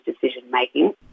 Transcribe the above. decision-making